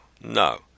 no